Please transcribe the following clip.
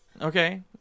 Okay